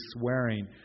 swearing